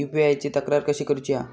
UPI ची तक्रार कशी करुची हा?